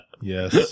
yes